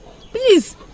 Please